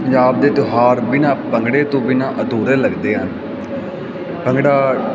ਪੰਜਾਬ ਦੇ ਤਿਉਹਾਰ ਬਿਨ੍ਹਾਂ ਭੰਗੜੇ ਤੋਂ ਬਿਨ੍ਹਾਂ ਅਧੂਰੇ ਲੱਗਦੇ ਹਨ ਭੰਗੜਾ